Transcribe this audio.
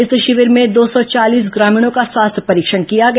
इस शिविर में दो सौ चालीस ग्रामीणों का स्वास्थ्य परीक्षण किया गया